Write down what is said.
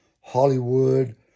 Hollywood